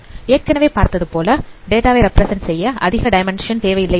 ஏற்கனவே பார்த்ததுபோல data represent செய்ய அதிகமான டைமென்ஷன் தேவையில்லை என்று